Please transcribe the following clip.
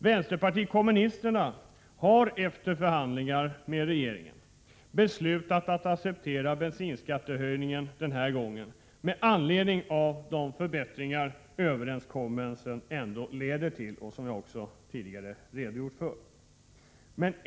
Vänsterpartiet kommunisterna har efter förhandlingar med regeringen beslutat acceptera bensinskattehöjningen den här gången med anledning av de förbättringar som överenskommelsen ändå leder till och som jag också redogjort för.